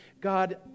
God